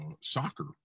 soccer